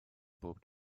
bob